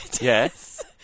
Yes